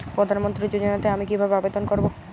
প্রধান মন্ত্রী যোজনাতে আমি কিভাবে আবেদন করবো?